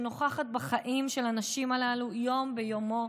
שנוכחת בחיים של הנשים הללו מדי יום ביומו.